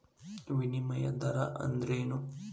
ವಿನಿಮಯ ದರ ಅಂದ್ರೇನು?